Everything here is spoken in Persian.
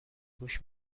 گوش